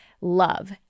love